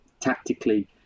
tactically